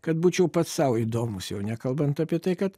kad būčiau pats sau įdomus jau nekalbant apie tai kad